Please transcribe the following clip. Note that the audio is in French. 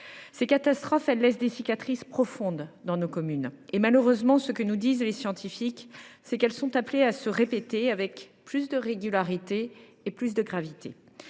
Ces catastrophes laissent des cicatrices profondes dans nos communes. Et malheureusement, les scientifiques nous disent qu’elles sont appelées à se répéter avec plus de régularité et de gravité.